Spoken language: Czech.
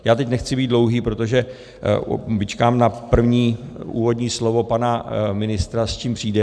Já teď nechci být dlouhý, protože vyčkám na první úvodní slovo pana ministra, s čím přijde.